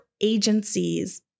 agencies